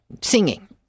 singing